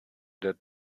der